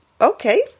Okay